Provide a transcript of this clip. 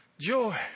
joy